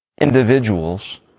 individuals